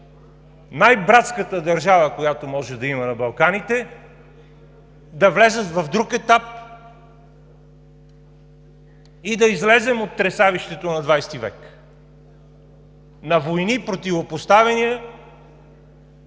най-братската държава, която може да има на Балканите, да влязат в друг етап и да излезем от тресавището на ХХ век – на войни, противопоставяния,